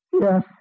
Yes